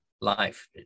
life